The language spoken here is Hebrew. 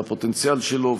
לפוטנציאל שלו,